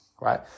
right